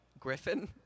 Griffin